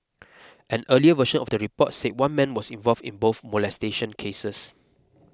an earlier version of the report said one man was involved in both molestation cases